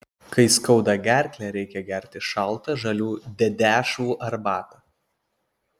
kai skauda gerklę reikia gerti šaltą žalių dedešvų arbatą